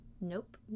Nope